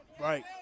Right